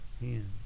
hands